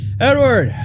Edward